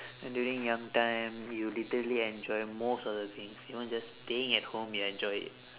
and during young time you literally enjoy most of the things even just staying at home you'll enjoy it